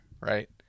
right